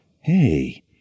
Hey